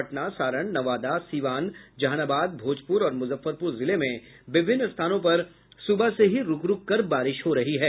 पटना सारण नवादा सीवान जहानाबाद भोजपुर और मुजफ्फरपुर जिले में विभिन्न स्थानों पर सुबह से ही रूक रूक कर बारिश हो रही है